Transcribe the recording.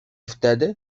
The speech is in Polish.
wtedy